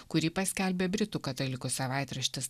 kurį paskelbė britų katalikų savaitraštis